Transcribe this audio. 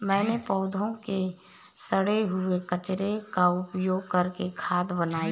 मैंने पौधों के सड़े हुए कचरे का उपयोग करके खाद बनाई